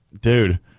dude